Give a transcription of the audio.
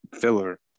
filler